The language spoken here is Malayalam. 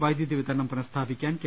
വൈദ്യുതി വിതരണം പുനഃസ്ഥാപിക്കാൻ കെ